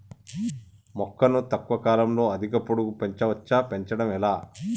మొక్కను తక్కువ కాలంలో అధిక పొడుగు పెంచవచ్చా పెంచడం ఎలా?